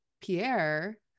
Pierre